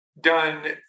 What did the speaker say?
done